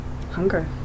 hunger